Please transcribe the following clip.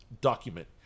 document